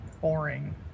boring